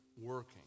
working